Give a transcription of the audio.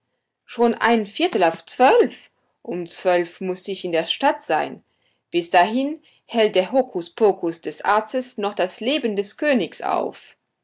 schon ein viertel auf zwölf um zwölf uhr muß ich in der stadt sein bis dahin hält der hokuspokus des arztes noch das leben des königs auf